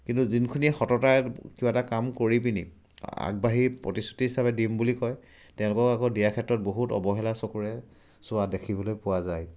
কিন্তু যোনখিনিয়ে সততাৰে কিবা এটা কাম কৰি পিনি আগবাঢ়ি প্ৰতিশ্ৰতি হিচাপে দিম বুলি কয় তেওঁলোকক আকৌ দিয়াৰ ক্ষেত্ৰত বহুত অৱহেলা চকুৰে চোৱা দেখিবলৈ পোৱা যায়